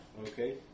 Okay